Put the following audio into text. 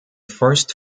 first